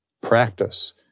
practice